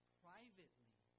privately